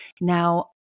now